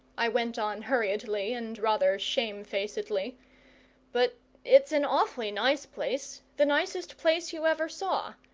i went on hurriedly and rather shamefacedly but it's an awfully nice place the nicest place you ever saw.